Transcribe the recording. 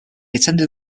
attended